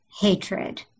hatred